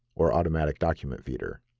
or automatic document feeder.